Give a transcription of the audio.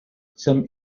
some